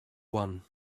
one